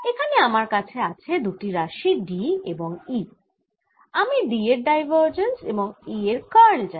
এখানে আমার কাছে আছে দুটি রাশি D এবং E আমি D এর ডাইভার্জেন্স এবং E এর কার্ল জানি